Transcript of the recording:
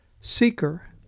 Seeker